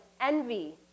envy